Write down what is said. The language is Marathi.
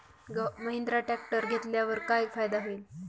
महिंद्रा ट्रॅक्टर घेतल्यावर काय फायदा होईल?